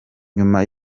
nyuma